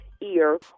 ear